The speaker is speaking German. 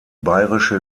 bayerische